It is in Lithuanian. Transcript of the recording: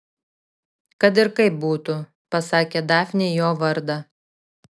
kad ir kaip būtų pasakė dafnei jo vardą